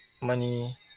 money